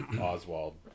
oswald